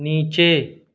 نیچے